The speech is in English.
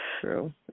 true